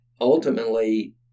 Ultimately